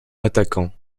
attaquant